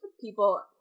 people